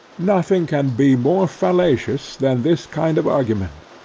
nothing can be more fallacious than this kind of argument.